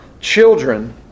children